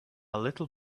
little